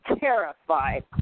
terrified